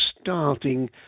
starting